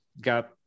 got